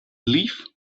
leave